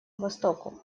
востоку